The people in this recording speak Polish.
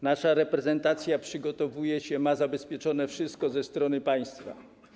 Nasza reprezentacja przygotowuje się, ma zabezpieczone wszystko ze strony państwa.